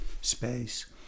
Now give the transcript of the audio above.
space